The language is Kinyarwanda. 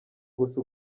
gusa